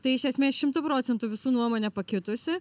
tai iš esmės šimtu procentų visų nuomonė pakitusi